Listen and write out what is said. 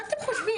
מה אתם חושבים,